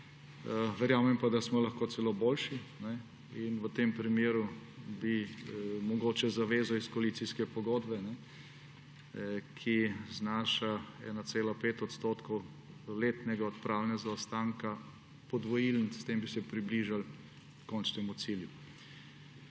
Verjamem pa, da smo lahko celo boljši, in v tem primeru bi mogoče zavezo iz koalicijske pogodbe, ki znaša 1,5 % letnega odpravljanja zaostanka, podvojili, s tem pa bi se približali končnemu cilju.